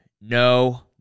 No